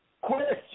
Question